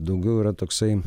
daugiau yra toksai